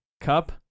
Cup